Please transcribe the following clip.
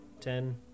ten